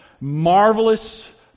marvelous